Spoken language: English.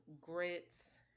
grits